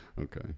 Okay